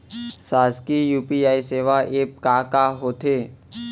शासकीय यू.पी.आई सेवा एप का का होथे?